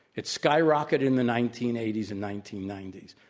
it skyrocketed in the nineteen eighty s and nineteen ninety s.